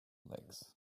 legs